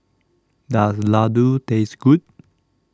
Does Ladoo Taste Good